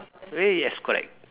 y~ yes correct